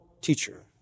teacher